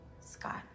Scott